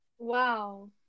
wow